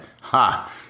ha